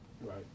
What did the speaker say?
Right